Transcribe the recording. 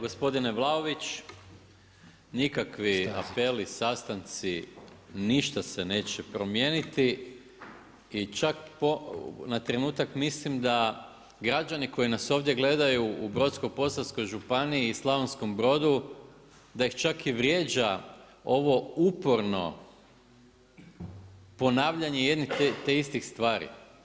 Gospodine Vlaović, nikakvi apeli, sastanci, ništa se neće promijeniti i čak na trenutak mislim da građani koji nas ovdje gledaju u Brodsko-posavskoj županiji i Slavonskom Brodu, da ih čak i vrijeđa ovo uporno ponavljanje jednih te istih stvari.